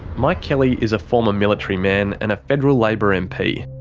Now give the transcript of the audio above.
mike kelly is a former military man and a federal labor mp.